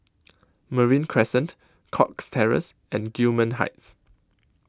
Marine Crescent Cox Terrace and Gillman Heights